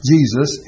Jesus